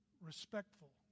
respectful